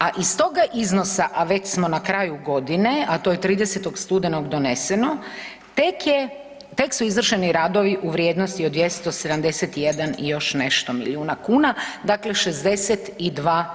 A iz toga iznosa, a već smo na kraju godine, a to je 30. studenog doneseno tek su izvršeni radovi u vrijednosti od 271 i još nešto milijuna kuna dakle, 62%